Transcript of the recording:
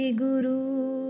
guru